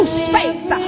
space